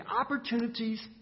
opportunities